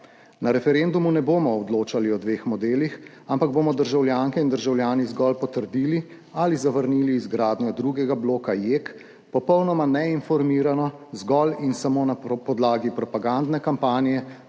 Na referendumu ne bomo odločali o dveh modelih, ampak bomo državljanke in državljani zgolj potrdili ali zavrnili izgradnjo drugega bloka JEK, popolnoma neinformirano, zgolj in samo na podlagi propagandne kampanje